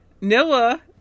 Noah